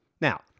Now